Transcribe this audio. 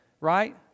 right